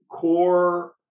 core